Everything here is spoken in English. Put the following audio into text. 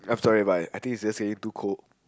sorry but I I think it's just saying too cold